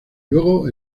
luego